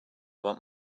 want